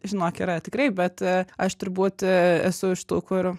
žinok yra tikrai bet aš turbūt esu iš tų kur